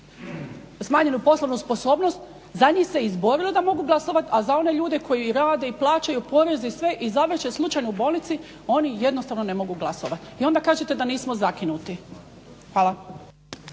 smanjenu poslovnu sposobnost za njih se izborilo da mogu izglasovati i za one koji rade i plaćaju porez i sve i završe slučajno u bolnici oni jednostavno ne mogu glasovati. I onda kažete da nismo zakinuti. Hvala.